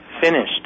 finished